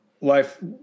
Life –